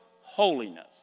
holiness